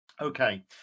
Okay